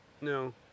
no